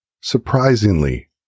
Surprisingly